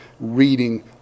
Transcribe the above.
reading